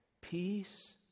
peace